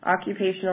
Occupational